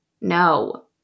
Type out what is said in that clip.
no